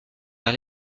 vers